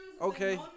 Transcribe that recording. Okay